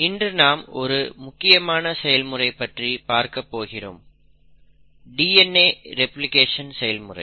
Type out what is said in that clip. இன்று நாம் ஒரு முக்கியமான செயல்முறை பற்றி பார்க்கப்போகிறோம் DNA ரெப்ளிகேஷன் செயல்முறை